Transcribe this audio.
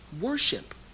worship